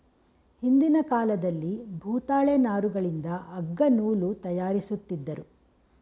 ಹಿಂದಿನ ಕಾಲದಲ್ಲಿ ಭೂತಾಳೆ ನಾರುಗಳಿಂದ ಅಗ್ಗ ನೂಲು ತಯಾರಿಸುತ್ತಿದ್ದರು